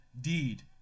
deed